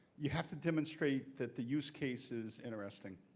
you have to demonstrate that the use case is interesting,